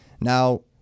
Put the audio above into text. Now